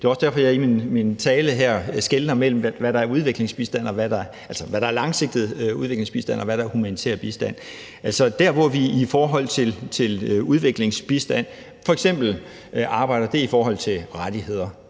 Det er også derfor, jeg i min tale her skelner mellem, hvad der er langsigtet udviklingsbistand, og hvad der er humanitær bistand. Altså, der, hvor vi i forhold til udviklingsbistand f.eks. arbejder, er i forhold til rettigheder,